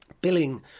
billing